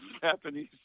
Japanese